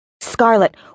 Scarlet